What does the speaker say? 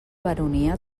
baronia